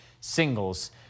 singles